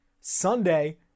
Sunday